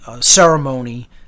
Ceremony